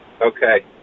Okay